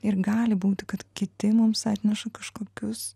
ir gali būti kad kiti mums atneša kažkokius